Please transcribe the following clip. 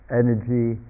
energy